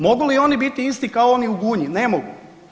Mogu li oni biti isti kao oni u Gunji, ne mogu.